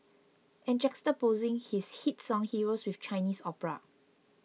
and juxtaposing his hit song Heroes with Chinese opera